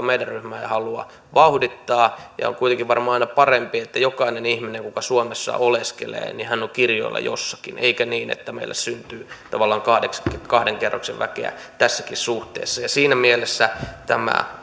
meidän ryhmämme ei halua vauhdittaa ja ja on kuitenkin varmaan aina parempi että jokainen ihminen kuka suomessa oleskelee on kirjoilla jossakin eikä niin että meille syntyy tavallaan kahden kerroksen väkeä tässäkin suhteessa siinä mielessä tämä